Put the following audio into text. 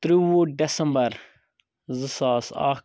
ترٛووُہ ڈیٚسمبَر زٕ ساس اَکھ